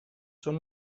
son